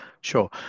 Sure